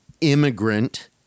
immigrant